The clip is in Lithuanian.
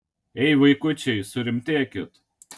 ei vaikučiai surimtėkit